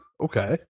Okay